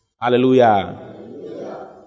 Hallelujah